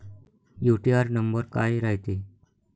UTR number काय रायते?